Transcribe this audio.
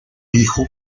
hijo